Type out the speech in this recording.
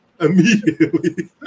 Immediately